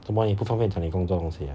么你不方便讲你工作东西